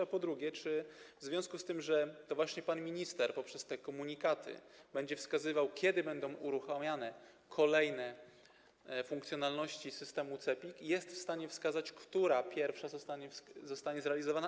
A po drugie: Czy w związku z tym, że to właśnie pan minister poprzez te komunikaty będzie wskazywał, kiedy będą uruchamiane kolejne funkcjonalności systemu CEPiK, jest on w stanie wskazać, która pierwsza zostanie zrealizowana?